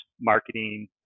marketing